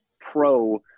pro